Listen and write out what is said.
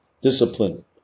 discipline